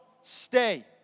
stay